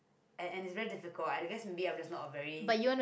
and and it's very difficult I guess maybe I'm just not a very